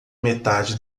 metade